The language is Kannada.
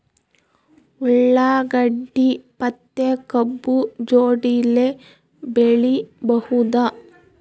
ಉಳ್ಳಾಗಡ್ಡಿ ಮತ್ತೆ ಕಬ್ಬು ಜೋಡಿಲೆ ಬೆಳಿ ಬಹುದಾ?